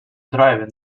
driving